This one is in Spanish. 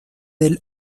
del